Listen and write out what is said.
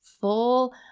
full